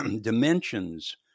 dimensions